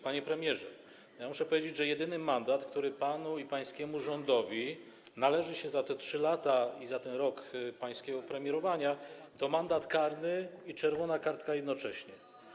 Panie premierze, muszę powiedzieć, że jedyny mandat, który panu i pańskiemu rządowi należy się za te 3 lata i za ten rok pańskiego premierowania, to mandat karny i czerwona kartka jednocześnie.